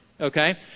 okay